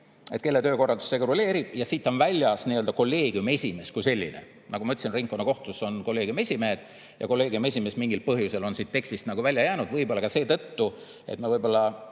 kelle töökorraldust see reguleerib, ja siit on välja [jäänud] kolleegiumi esimees kui selline. Nagu ma ütlesin, ringkonnakohtus on kolleegiumi esimehed, ja kolleegiumi esimees mingil põhjusel on siit tekstist välja jäänud, võib-olla seetõttu – me võib-olla